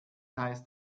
heißt